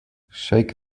shake